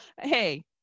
hey